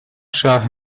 شاه